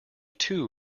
too